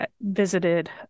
visited